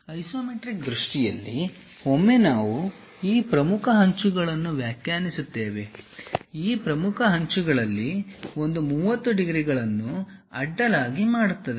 isometric ದೃಷ್ಟಿಯಲ್ಲಿ ಒಮ್ಮೆ ನಾವು ಈ ಪ್ರಮುಖ ಅಂಚುಗಳನ್ನು ವ್ಯಾಖ್ಯಾನಿಸುತ್ತೇವೆ ಈ ಪ್ರಮುಖ ಅಂಚುಗಳಲ್ಲಿ ಒಂದು 30 ಡಿಗ್ರಿಗಳನ್ನು ಅಡ್ಡಲಾಗಿ ಮಾಡುತ್ತದೆ